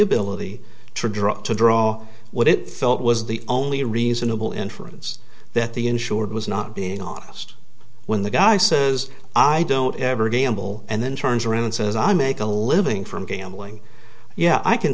ability to draw up to draw what it felt was the only reasonable inference that the insured was not being honest when the guy says i don't ever gamble and then turns around and says i make a living from gambling yeah i can